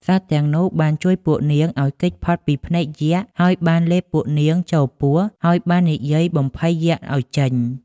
សត្វទាំងនោះបានជួយពួកនាងឲ្យគេចផុតពីភ្នែកយក្ខដោយលេបពួកនាងចូលពោះ ហើយបាននិយាយបំភ័យយក្ខឲ្យចេញ។